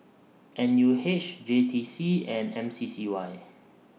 N U H J T C and M C C Y